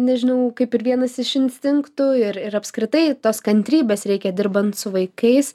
nežinau kaip ir vienas iš instinktų ir ir apskritai tos kantrybės reikia dirbant su vaikais